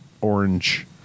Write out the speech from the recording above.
Orange